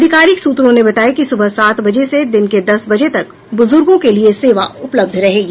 अधिकारिक सूत्रों ने बताया कि सूबह सात बजे से दिन के दस बजे तक बुजुर्गों के लिये सेवा उपलब्ध होगी